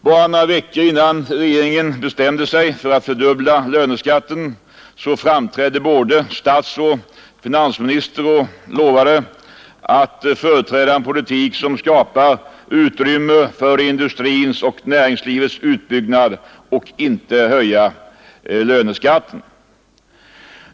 Bara några veckor innan regeringen bestämde sig för att fördubbla löneskatten framträdde både statsoch finansministern och lovade att föra en politik som skapar utrymme för industrins och näringslivets utbyggnad och att inte höja löneskatten.